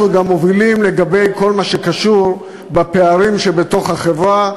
אנחנו גם מובילים לגבי כל מה שקשור בפערים שבתוך החברה,